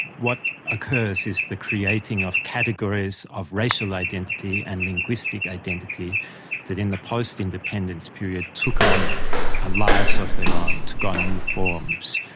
what occurs is the creating of categories of racial identity and linguistic identity that in the post-independence period took on ah lives of their own, took on new forms,